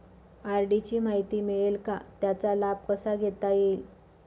RD ची माहिती मिळेल का, त्याचा लाभ कसा घेता येईल?